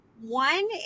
one